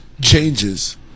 changes